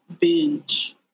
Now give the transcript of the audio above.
binge